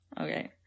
Okay